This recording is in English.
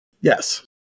Yes